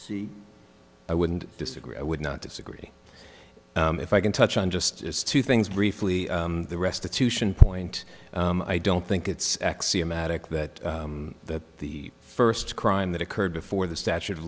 sea i wouldn't disagree i would not disagree if i can touch on just as two things briefly the restitution point i don't think it's axiomatic that that the first crime that occurred before the statute of